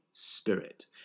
spirit